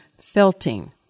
felting